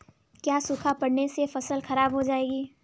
क्या सूखा पड़ने से फसल खराब हो जाएगी?